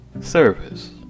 service